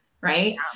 Right